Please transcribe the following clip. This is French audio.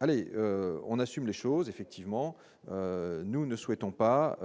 allez on assume les choses effectivement, nous ne souhaitons pas